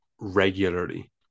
regularly